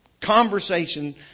conversation